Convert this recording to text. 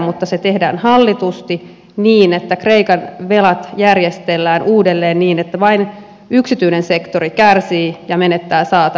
mutta se tehdään hallitusti niin että kreikan velat järjestellään uudelleen niin että vain yksityinen sektori kärsii ja menettää saataviaan